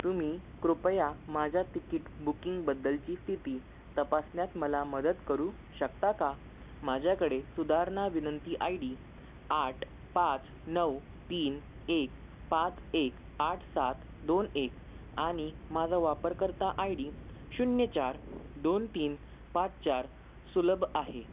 तुम्ही कृपया माझ्या तिकीट बुकिंगबद्दलची स्थिती तपासण्यात मला मदत करू शकता का माझ्याकडे सुधारणा विनंती आय डी आठ पाच नऊ तीन एक पाच एक आठ सात दोन एक आणि माझा वापरकर्ता आय डी शून्य चार दोन तीन पाच चार सुलभ आहे